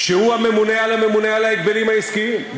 שהוא הממונה על הממונה על ההגבלים העסקיים,